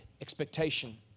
expectation